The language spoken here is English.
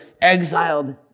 exiled